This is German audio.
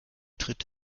tritt